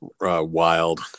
Wild